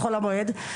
בחול המועד.